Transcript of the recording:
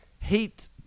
hate